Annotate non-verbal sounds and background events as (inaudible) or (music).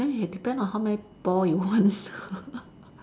then we have depend on how many ball you want (laughs)